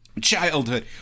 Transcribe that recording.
childhood